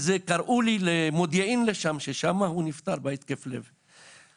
כי קראו לי למודיעין ששם נפטר אחי מהתקף לב,